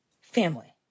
family